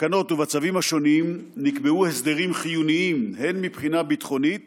בתקנות ובצווים השונים נקבעו הסדרים חיוניים הן מבחינה ביטחונית